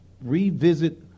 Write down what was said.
Revisit